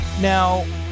now